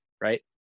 right